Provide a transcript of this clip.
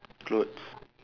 clothes